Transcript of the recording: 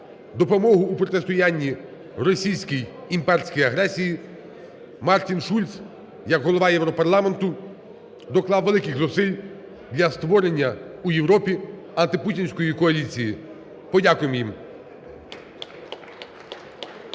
допомогу у протистоянні російській, імперській агресії. Мартін Шульц як Голова Європарламенту доклав великих зусиль для створення у Європі антипутінської коаліції. Подякуємо їм.